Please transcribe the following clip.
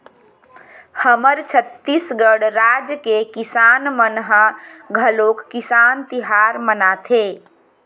हमर छत्तीसगढ़ राज के किसान मन ह घलोक किसान तिहार मनाथे